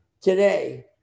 today